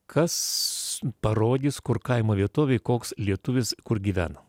kas parodys kur kaimo vietovėj koks lietuvis kur gyvena